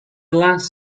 last